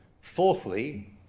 fourthly